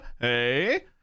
hey